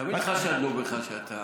תמיד חשדנו בך שאתה,